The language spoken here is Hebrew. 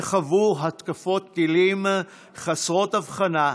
שחוו התקפות טילים חסרות הבחנה,